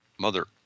Mother